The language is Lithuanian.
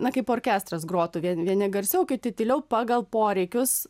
na kaip orkestras grotų vien vieni garsiau kiti tyliau pagal poreikius